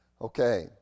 Okay